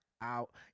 out